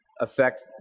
affect